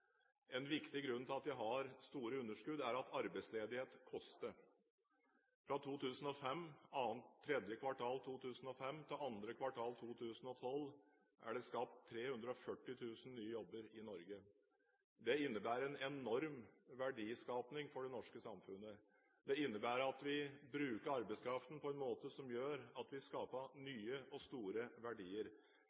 En viktig grunn til at de har store underskudd, er at arbeidsledighet koster. Fra tredje kvartal 2005 til andre kvartal 2012 er det skapt 340 000 nye jobber i Norge. Det innebærer en enorm verdiskaping for det norske samfunnet. Det innebærer at vi bruker arbeidskraften på en måte som gjør at vi skaper nye og store verdier.